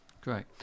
Great